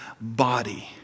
body